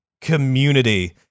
community